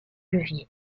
levier